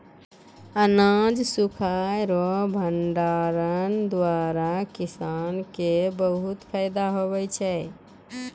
अनाज सुखाय रो भंडारण द्वारा किसान के बहुत फैदा हुवै छै